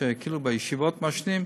שכאילו בישיבות מעשנים,